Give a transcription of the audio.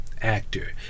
actor